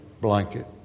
blanket